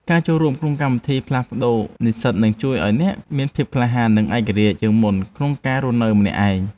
ការចូលរួមក្នុងកម្មវិធីផ្លាស់ប្តូរនិស្សិតនឹងជួយឱ្យអ្នកមានភាពក្លាហាននិងឯករាជ្យជាងមុនក្នុងការរស់នៅម្នាក់ឯង។